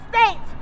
States